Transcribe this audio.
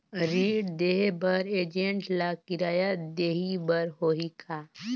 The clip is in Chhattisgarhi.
ऋण देहे बर एजेंट ला किराया देही बर होही का?